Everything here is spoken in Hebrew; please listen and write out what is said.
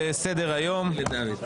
בסדר היום.